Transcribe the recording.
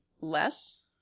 less